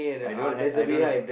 I don't have I don't have